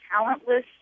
talentless